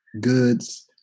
goods